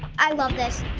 i love this.